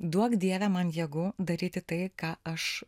duok dieve man jėgų daryti tai ką aš